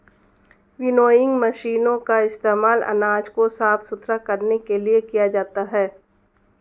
winnowing मशीनों का इस्तेमाल अनाज को साफ सुथरा करने के लिए किया जाता है